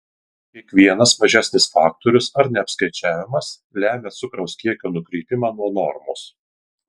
kiekvienas mažesnis faktorius ar neapskaičiavimas lemia cukraus kiekio nukrypimą nuo normos